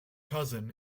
cousin